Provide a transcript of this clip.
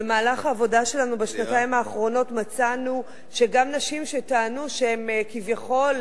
במהלך העבודה שלנו בשנתיים האחרונות מצאנו שגם נשים שטענו שהן כביכול,